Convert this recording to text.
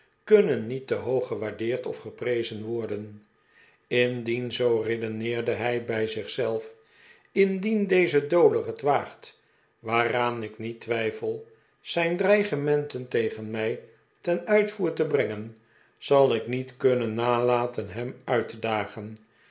kunnen niet te hoog gewaardeerd of geprezen worden indien zoo redeneerde hij bij zich zelf indien deze dowler het waagt waaraan ik niet twijfel zijn dreigementen tegen mij ten uitvoer te brengen zal ik niet kunnen nalaten hem uit te dagen